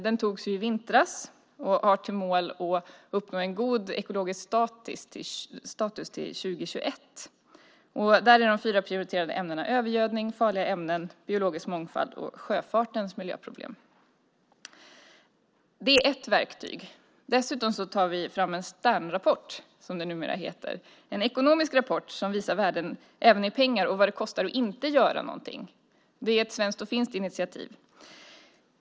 Den antogs i vintras och har som mål att man ska uppnå en god ekologisk status till 2021. Där är de fyra prioriterade områdena övergödning, farliga ämnen, biologisk mångfald och sjöfartens miljöproblem. Det är ett verktyg. Dessutom tar vi fram en Sternrapport, som det numera heter. Det är en ekonomisk rapport som visar värden även i pengar och vad det kostar att inte göra någonting. Det är ett svenskt och finskt initiativ.